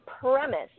premise